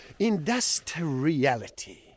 industriality